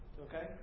Okay